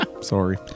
Sorry